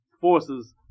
forces